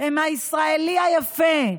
הם הישראלי היפה,